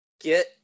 get